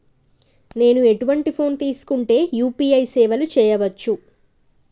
నేను ఎటువంటి ఫోన్ తీసుకుంటే యూ.పీ.ఐ సేవలు చేయవచ్చు?